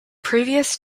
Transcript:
previous